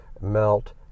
melt